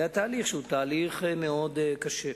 היה תהליך מאוד קשה.